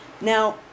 Now